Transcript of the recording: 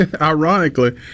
ironically